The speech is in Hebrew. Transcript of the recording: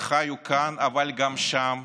וחיו כאן אבל גם שם.